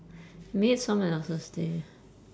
made someone else's day